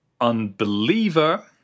unbeliever